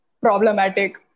problematic